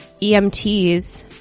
EMTs